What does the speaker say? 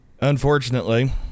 Unfortunately